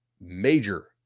major